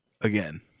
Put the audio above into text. again